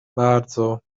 bardzo